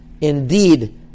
indeed